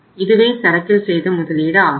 இதுவே சரக்கில் செய்த முதலீடு ஆகும்